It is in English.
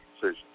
decisions